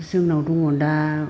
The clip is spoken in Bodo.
जोंनाव दङ दा